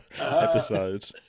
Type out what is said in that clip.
episode